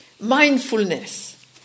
mindfulness